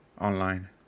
online